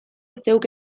zeuk